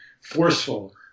forceful